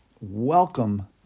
Welcome